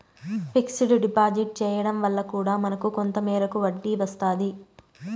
fixed deposit చేయడం వల్ల కూడా మనకు కొంత మేరకు వడ్డీ వస్తాది